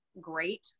great